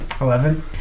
Eleven